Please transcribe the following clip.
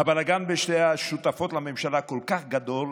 הבלגן בין שתי השותפות לממשלה כל כך גדול,